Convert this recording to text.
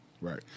Right